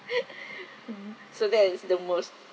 so that is the most